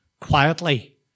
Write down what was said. quietly